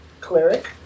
cleric